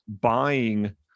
buying